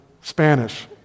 Spanish